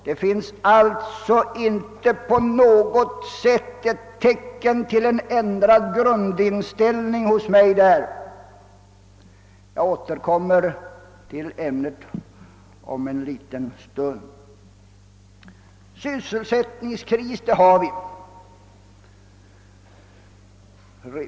Det finns alltså inte minsta tecken till ändrad grundinställning hos mig i detta avseende. Jag återkommer till ämnet om en liten stund. Sysselsättningskris har vi.